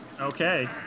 Okay